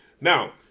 Now